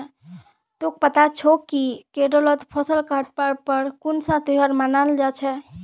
तोक पता छोक कि केरलत फसल काटवार पर कुन्सा त्योहार मनाल जा छे